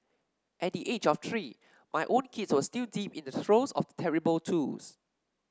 at the age of three my own kids were still deep in the throes of terrible twos